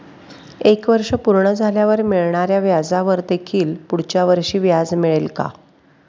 एक वर्ष पूर्ण झाल्यावर मिळणाऱ्या व्याजावर देखील पुढच्या वर्षी व्याज मिळेल का?